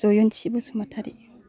Jayanti Basumatary